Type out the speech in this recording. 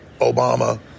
Obama